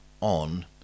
on